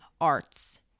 arts